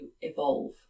evolve